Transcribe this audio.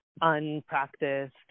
unpracticed